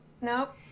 nope